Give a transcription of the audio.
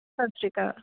ਸਤਿ ਸ਼੍ਰੀ ਅਕਾਲ